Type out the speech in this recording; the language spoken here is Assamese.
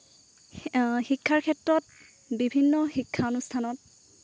শিক্ষাৰ ক্ষেত্ৰত বিভিন্ন শিক্ষানুষ্ঠানত